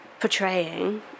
portraying